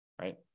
right